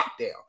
lockdown